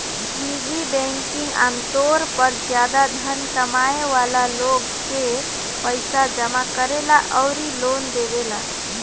निजी बैंकिंग आमतौर पर ज्यादा धन कमाए वाला लोग के पईसा जामा करेला अउरी लोन देवेला